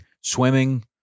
swimming